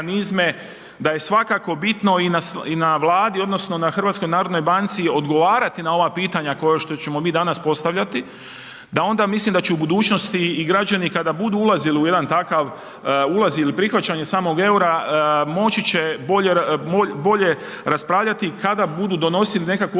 da je svakako bitno i na Vladi odnosno i HNB-u, odgovarati na ova pitanja koja što ćemo mi danas postavljati, da onda mislim da će u budućnosti i građani kada budu ulazili u jedan takav ulaz ili prihvaćanje samog eura, moći će bolje raspravljati kada budu donosili nekakvu